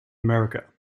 america